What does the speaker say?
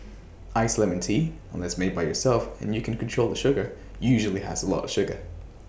Iced Lemon Tea unless made by yourself and you can control the sugar usually has A lot of sugar